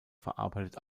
verarbeitet